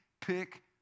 pick